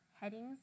headings